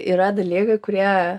yra dalykai kurie